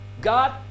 God